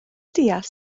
deall